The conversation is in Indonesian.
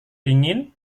dingin